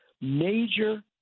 major –